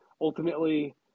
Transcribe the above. ultimately